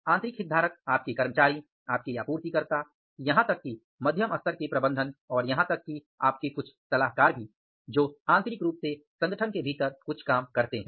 आंतरिक हितधारक आपके कर्मचारी आपके आपूर्तिकर्ता यहां तक कि मध्य स्तर के प्रबंधन और यहां तक कि आपके कुछ सलाहकार भी जो आंतरिक रूप से संगठन के भीतर कुछ काम करते हैं